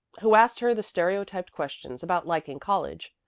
who asked her the stereotyped questions about liking college,